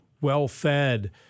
well-fed